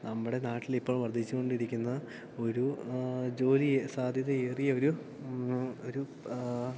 നമ്മുടെ നാട്ടിലിപ്പോൾ വർദ്ധിച്ചുകൊണ്ടിരിക്കുന്ന ഒരു ജോലിസാധ്യത ഏറിയ ഒരു ഒരു